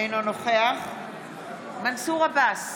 אינו נוכח מנסור עבאס,